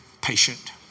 patient